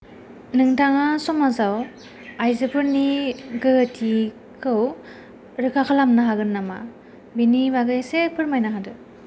नोंथाङा समाजाव आयजोफोरनि गोहोथिखौ रोखा खालामनो हागोन नामा बिनि बागै ऐसे फोरमायना होदो